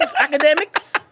academics